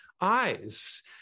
eyes